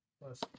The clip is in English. Plus